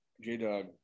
J-Dog